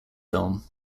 film